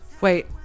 Wait